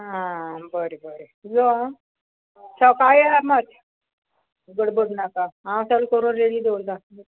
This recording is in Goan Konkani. आ बरें बरें यो आं सक्काळी येया मात गडबड नाका हांव सगलें करून रेडी दवरतां